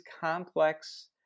complex